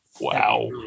Wow